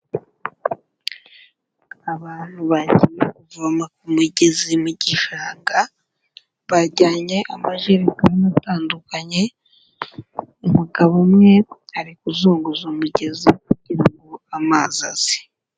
Abantu bagiye kuvoma ku mugezi mu gishanga bajyanye amajerekani atandukanye, umugabo umwe ari kuzunguza umugezi kugira ngo amazi aze.